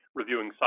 reviewing